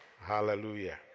Hallelujah